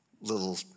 little